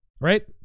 Right